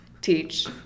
teach